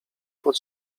pod